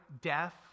Death